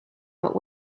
but